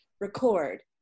record